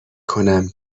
کنم